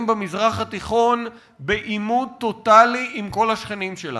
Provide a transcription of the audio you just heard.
במזרח התיכון בעימות טוטלי עם כל השכנים שלנו.